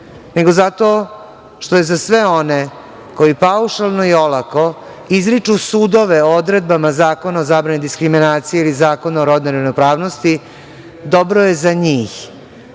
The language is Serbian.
nego zato što je za sve one koji paušalno i olako izriču sudove odredbama zakona o zabrani diskriminacije ili zakona o rodnoj ravnopravnosti, dobro je za njih